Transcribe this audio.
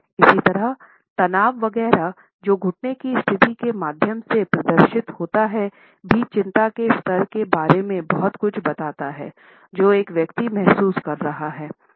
इसी तरह तनाव वगैरह जो घुटनों की स्थिति के माध्यम से प्रदर्शित होता है भी चिंता के स्तर के बारे में बहुत कुछ बताता है जो एक व्यक्ति महसूस कर रहा होगा